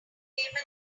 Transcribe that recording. payment